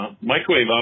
Microwave